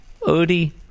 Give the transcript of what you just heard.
odie